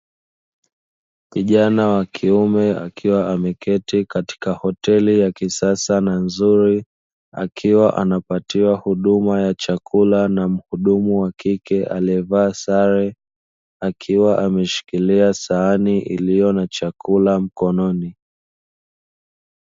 Kijana wa kiume akiwa ameketi katika hoteli ya kisasa na nzuri, akiwa anapatiwa huduma ya chakula na mhudumu wa kike aliyevaa sare akiwa ameshikilia sahani iliyo na chakula mkononi.